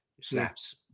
Snaps